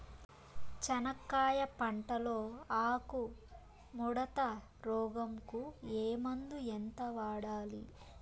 చెనక్కాయ పంట లో ఆకు ముడత రోగం కు ఏ మందు ఎంత వాడాలి?